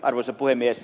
arvoisa puhemies